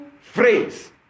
phrase